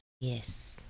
Yes